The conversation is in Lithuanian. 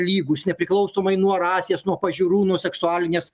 lygūs nepriklausomai nuo rasės nuo pažiūrų nuo seksualinės